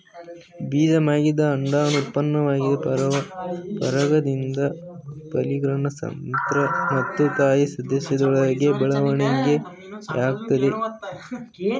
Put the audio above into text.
ಬೀಜ ಮಾಗಿದ ಅಂಡಾಣು ಉತ್ಪನ್ನವಾಗಿದೆ ಪರಾಗದಿಂದ ಫಲೀಕರಣ ನಂತ್ರ ಮತ್ತು ತಾಯಿ ಸಸ್ಯದೊಳಗೆ ಬೆಳವಣಿಗೆಯಾಗ್ತದೆ